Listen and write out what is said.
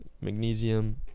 magnesium